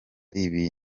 ibi